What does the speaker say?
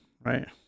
right